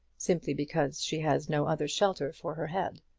simply because she has no other shelter for her head.